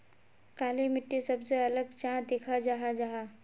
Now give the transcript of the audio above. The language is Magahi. काली मिट्टी सबसे अलग चाँ दिखा जाहा जाहा?